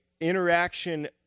interaction